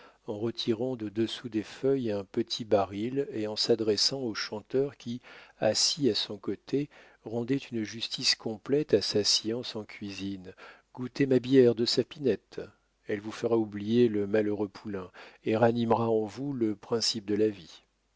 retirant de dessous des feuilles un petit baril et en s'adressant au chanteur qui assis à son côté rendait une justice complète à sa science en cuisine goûtez ma bière de sapinette elle vous fera oublier le malheureux poulain et ranimera en vous le principe de la vie